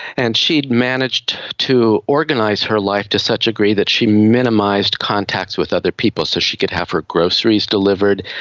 and she had managed to organise her life to such a degree that she minimised contacts with other people, so she could have her groceries delivered,